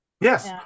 Yes